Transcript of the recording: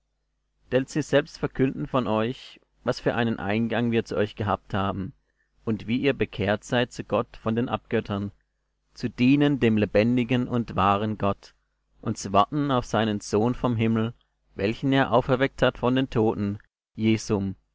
denn sie selbst verkündigen von euch was für einen eingang wir zu euch gehabt haben und wie ihr bekehrt seid zu gott von den abgöttern zu dienen dem lebendigen und wahren gott und zu warten auf seinen sohn vom himmel welchen er auferweckt hat von den toten jesum